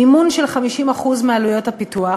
מימון של 50% מעלויות הפיתוח